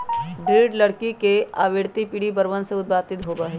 दृढ़ लकड़ी आवृतबीजी पेड़वन से उत्पादित होबा हई